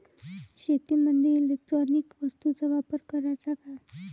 शेतीमंदी इलेक्ट्रॉनिक वस्तूचा वापर कराचा का?